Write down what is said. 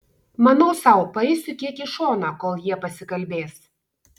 manau sau paeisiu kiek į šoną kol jie pasikalbės